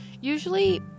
Usually